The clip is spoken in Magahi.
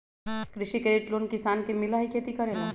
कृषि क्रेडिट लोन किसान के मिलहई खेती करेला?